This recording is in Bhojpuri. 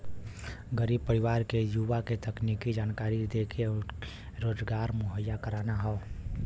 गरीब परिवार के युवा के तकनीकी जानकरी देके उनके रोजगार मुहैया कराना हौ